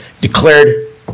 declared